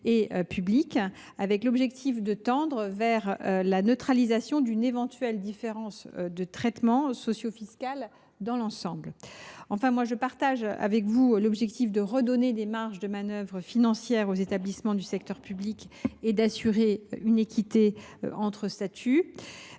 et publics, dans l’objectif de tendre vers la neutralisation d’une éventuelle différence de traitement socio fiscale entre ces établissements. En tout état de cause, je partage avec vous l’objectif de redonner des marges de manœuvre financières aux établissements du secteur public et d’assurer une équité entre les statuts